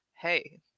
Hey